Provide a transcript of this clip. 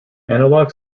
analogue